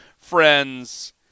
Friends